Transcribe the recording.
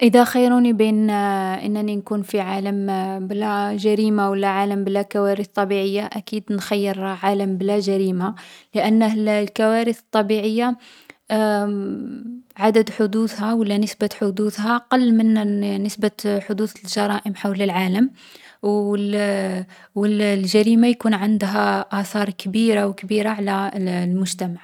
﻿إذا خيروني بين أنني نكون في عالم بلا جريمة ولا عالم بلا كوارث طبيعية، أكيد نخير عالم بلا جريمة. لأنه الكوارث الطبيعية عدد حدوثها ولا نسبة حدوثها قل من نسبة حدوث الجرائم حول العالم. وال والجريمة يكون عندها آثار كبيرة وكبيرة على المجتمع.